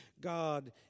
God